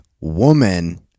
woman